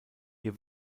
ihr